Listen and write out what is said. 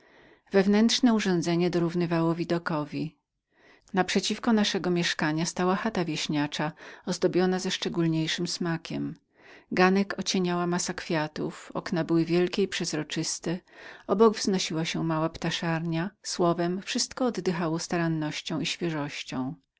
wewnętrzne urządzenie odpowiadało widokowi na przeciwko naszego mieszkania stała chata wieśniacza ozdobiona ze szczególniejszym smakiem ganek ocieniała massa kwiatów okna były wielkie i przezroczyste w prawym rogu wznosiła się mała ptaszarnia słowem wszystko oddychało starannością i świeżością